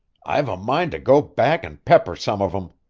i've a mind to go back and pepper some of em.